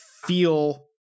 feel